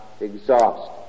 exhaust